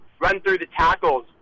run-through-the-tackles